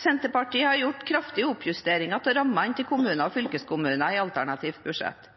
Senterpartiet har gjort kraftige oppjusteringer av rammene til kommunene og fylkeskommunene i sitt alternative budsjett.